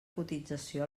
cotització